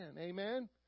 Amen